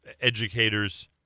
educators